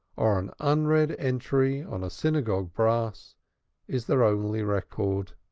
or an unread entry on a synagogue brass is their only record.